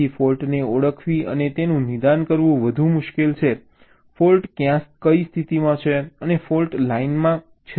તેથી ફૉલ્ટને ઓળખવી અને તેનું નિદાન કરવું વધુ મુશ્કેલ છે ફૉલ્ટ ક્યાં સ્થિત છે અને ફોલ્ટ લાઇન સાચી છે